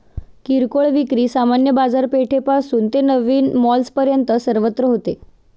किरकोळ विक्री सामान्य बाजारपेठेपासून ते नवीन मॉल्सपर्यंत सर्वत्र होते